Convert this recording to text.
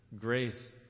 grace